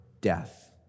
death